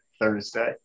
Thursday